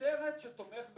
סרט שתומך במחבלות,